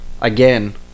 Again